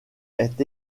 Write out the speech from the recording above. est